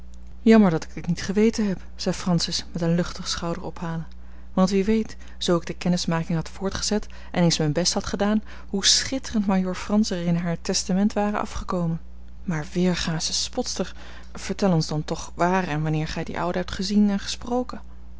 jammer dat ik dit niet geweten heb zei francis met een luchtig schouderophalen want wie weet zoo ik de kennismaking had voortgezet en eens mijn best had gedaan hoe schitterend majoor frans er in haar testament ware afgekomen maar weergasche spotster vertel ons dan toch waar en wanneer gij die oude hebt gezien en gesproken